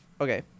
Okay